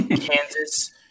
Kansas